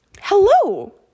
Hello